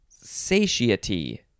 satiety